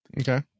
Okay